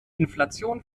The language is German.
inflation